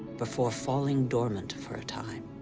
before falling dormant for a time.